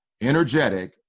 energetic